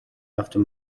after